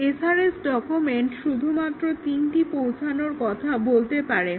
SRS document শুধু মাত্র তিনটি পৌঁছানোর কথা বলতে পারে